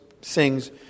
sings